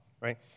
right